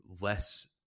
less